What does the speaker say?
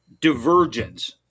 divergence